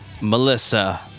Melissa